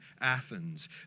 Athens